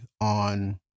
on